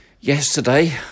Yesterday